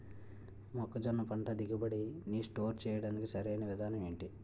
మొక్కజొన్న పంట దిగుబడి నీ స్టోర్ చేయడానికి సరియైన విధానం ఎంటి?